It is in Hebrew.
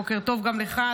בוקר טוב גם לך,